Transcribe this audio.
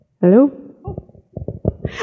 Hello